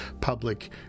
public